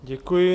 Děkuji.